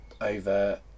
over